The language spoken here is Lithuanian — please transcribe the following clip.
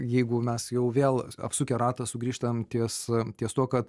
jeigu mes jau vėl apsukę ratą sugrįžtam ties ties tuo kad